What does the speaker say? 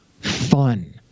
fun